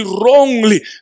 wrongly